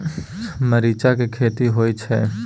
मरीच के खेती होय छय?